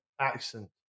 accent